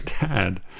dad